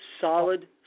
solid